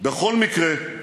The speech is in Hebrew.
בכל מקרה,